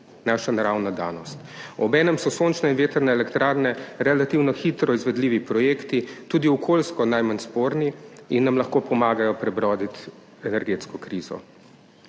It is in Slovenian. naša naravna danost. Obenem so sončne in vetrne elektrarne relativno hitro izvedljivi projekti, tudi okoljsko najmanj sporni in nam lahko pomagajo prebroditi energetsko krizo.